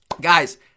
Guys